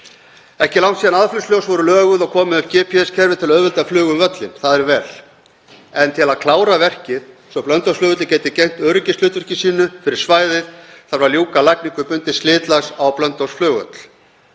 ekki langt síðan aðflugsljós voru löguð og komið upp GPS-kerfi til að auðvelda flug um völlinn og það er vel. En til að klára verkið, svo Blönduósflugvöllur geti gegnt öryggishlutverki sínu fyrir svæðið, þarf að ljúka lagningu bundins slitlags á Blönduósflugvelli.